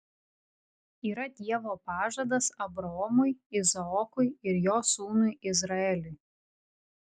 yra dievo pažadas abraomui izaokui ir jo sūnui izraeliui